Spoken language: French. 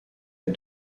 est